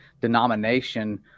denomination